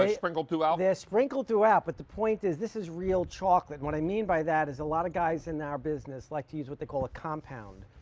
ah yeah sprinkled throughout? they're sprinkled throughout. but the point is this is real chocolate. what i mean by that is a lot of guys in our business like to use what they call a compound.